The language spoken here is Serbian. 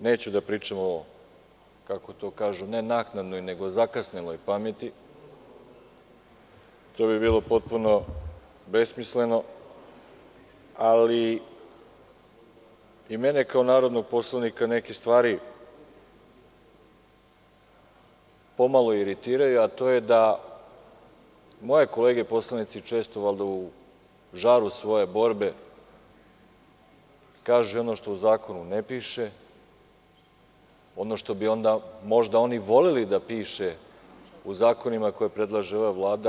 Neću da pričam o zakasneloj pameti, to bi bilo potpuno besmisleno, ali i mene kako narodnog poslanika neke stvari pomalo iritiraju, a to je da moje kolege poslanici, često, valjda u žaru svoje borbe, kažu i ono što u zakonu ne piše, ono što bi možda oni voleli da piše u zakonima koje predlaže ova Vlada.